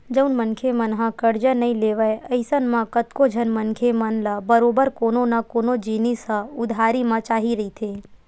जउन मनखे मन ह करजा नइ लेवय अइसन म कतको झन मनखे मन ल बरोबर कोनो न कोनो जिनिस ह उधारी म चाही रहिथे